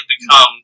become